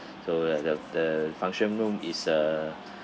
so the the the function room is a